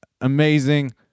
amazing